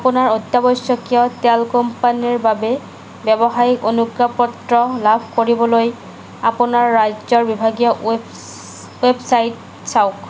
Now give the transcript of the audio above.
আপোনাৰ অত্যাৱশ্যকীয় তেল কোম্পানীৰ বাবে ব্যৱসায়িক অনুজ্ঞাপত্ৰ লাভ কৰিবলৈ আপোনাৰ ৰাজ্যৰ বিভাগীয় ৱেব ৱেবছাইট চাওক